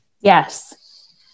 Yes